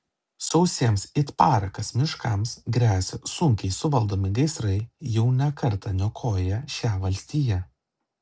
sausiems it parakas miškams gresia sunkiai suvaldomi gaisrai jau ne kartą niokoję šią valstiją